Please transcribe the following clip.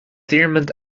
diarmaid